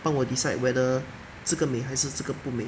帮我 decide whether 这个美还是这个不美